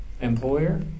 employer